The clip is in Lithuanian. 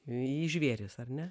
jį žvėris ar ne